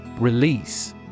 Release